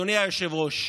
אדוני היושב-ראש,